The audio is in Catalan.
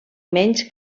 menys